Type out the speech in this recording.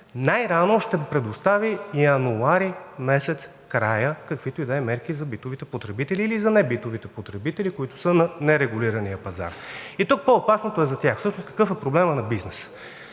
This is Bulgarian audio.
края, ще предостави каквито и да са мерки за битовите потребители или за небитовите потребители, които са на нерегулирания пазар. И тук по опасното е за тях. Всъщност какъв е проблемът на бизнеса?